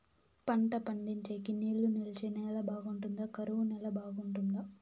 పంట పండించేకి నీళ్లు నిలిచే నేల బాగుంటుందా? కరువు నేల బాగుంటుందా?